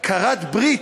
כרת ברית,